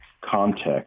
context